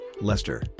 Leicester